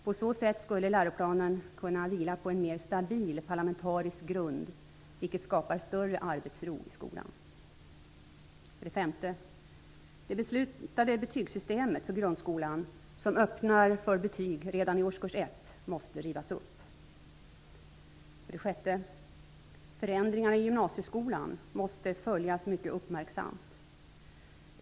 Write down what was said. På så sätt skulle läroplanen kunna vila på en mer stabil parlamentarisk grund, vilket skapar större arbetsro i skolan. För det femte måste det beslutade betygssystemet för grundskolan, som öppnar för betyg redan i årskurs ett, rivas upp. För det sjätte måste förändringarna i gymnasieskolan följas mycket uppmärksamt.